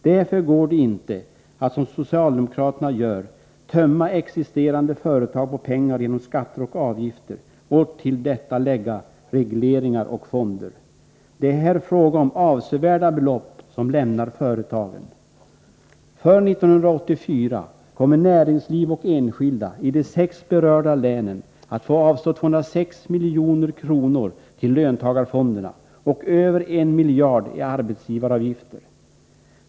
Därför går det inte att som socialdemokraterna gör tömma existerande företag på pengar genom skatter och avgifter och till detta lägga regleringar och fonder. Det är här fråga om avsevärda belopp som lämnar företagen. För 1984 kommer näringsliv och enskilda i de sex berörda länen att få avstå 206 milj.kr. till löntagarfonderna och över 1 miljard i arbetsgivaravgifter.